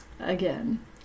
Again